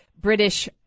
British